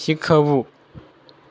શીખવું